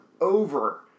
over